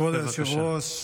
כבוד היושב-ראש,